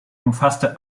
umfasste